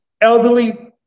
elderly